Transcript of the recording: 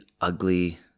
ugly